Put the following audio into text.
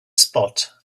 spot